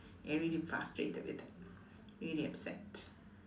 ya really frustrated with that really upset